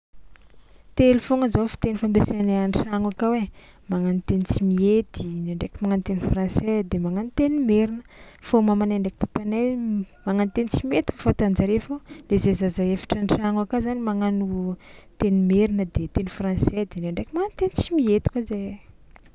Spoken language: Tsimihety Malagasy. Telo foagna zao fiteny fampiasainay an-tragno akao ai: magnano teny tsimihety, ndraindraiky magnano teny français de magnano teny merina fô mamanay ndraiky papanay magnano tsimihety fatan-jare fô le zahay zaza efatra an-tragno aka zany magnano teny merina de teny français de ndraindraiky magnano teny tsimihety koa zahay.